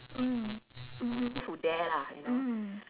mm mmhmm mm